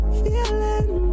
feeling